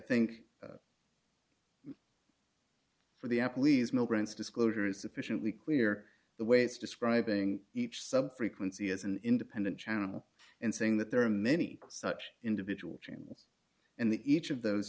think for the apple is no brands disclosure is sufficiently clear the way it's describing each sub frequency as an independent channel and saying that there are many such individual channels and the each of those